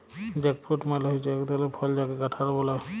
jackfruit মালে হচ্যে এক ধরলের ফল যাকে কাঁঠাল ব্যলে